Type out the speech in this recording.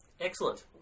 Excellent